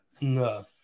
No